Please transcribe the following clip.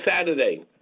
Saturday